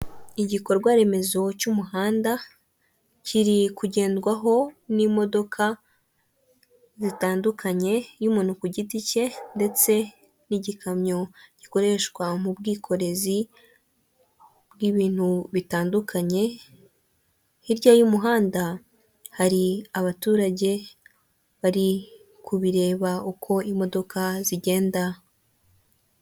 Igikorwa remezo cy'umuhanda, kiri kugendwaho n'imodoka zitandukanye, iy'umuntu ku giti cye ndetse n'igikamyo gikoreshwa mu bwikorezi bw'ibintu bitandukanye, hirya y'umuhanda hari abaturage bari kubireba uko imodoka zigenda.